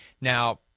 Now